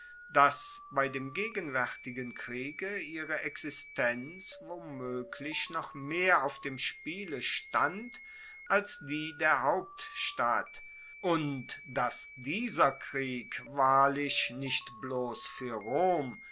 dass bei dem gegenwaertigen kriege ihre existenz womoeglich noch mehr auf dem spiele stand als die der hauptstadt und dass dieser krieg wahrlich nicht bloss fuer rom